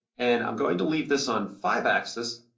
and i'm going to leave this on five axis,